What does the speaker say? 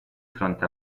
fronte